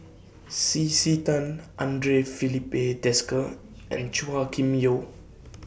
C C Tan Andre Filipe Desker and Chua Kim Yeow